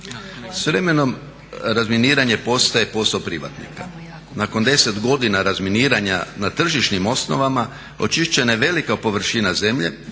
S vremenom razminiranje postaje posao privatnika. Nakon 10 godina razminiranja na tržišnim osnovama očišćena je velika površina zemlje,